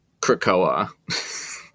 Krakoa